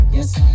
Yes